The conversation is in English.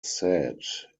said